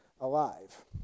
alive